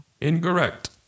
Incorrect